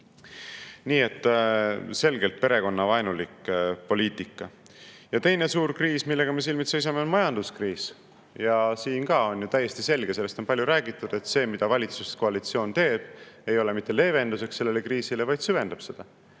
Nii et selgelt perekonnavaenulik poliitika. Teine suur kriis, millega me silmitsi seisame, on majanduskriis. Siin ka on ju täiesti selge, sellest on palju räägitud, et see, mida valitsuskoalitsioon teeb, ei ole mitte leevenduseks sellele kriisile, vaid süvendab seda.